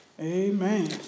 Amen